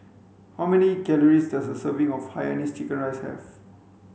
how many calories does a serving of hainanese chicken rice have